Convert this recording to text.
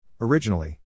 Originally